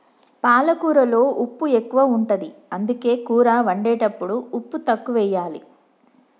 పాలకూరలో ఉప్పు ఎక్కువ ఉంటది, అందుకే కూర వండేటప్పుడు ఉప్పు తక్కువెయ్యాలి